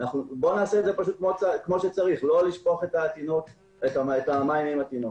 ובואו נעשה את זה כמו שצריך ולא נשפוך את המים עם התינוק.